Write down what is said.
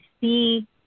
see